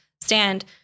stand